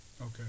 Okay